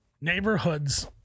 neighborhoods